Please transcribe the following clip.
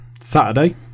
Saturday